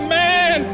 man